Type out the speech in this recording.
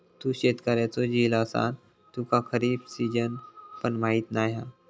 तू शेतकऱ्याचो झील असान तुका खरीप सिजन पण माहीत नाय हा